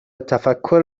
تفکری